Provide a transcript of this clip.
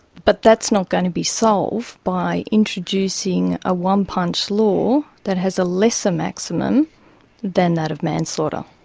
but that's not going to be solved by introducing a one-punch law that has a lesser maximum than that of manslaughter.